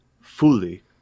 fully